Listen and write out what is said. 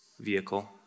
vehicle